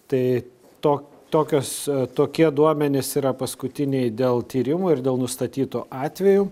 tai to tokios tokie duomenys yra paskutiniai dėl tyrimų ir dėl nustatytų atvejų